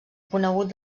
conegut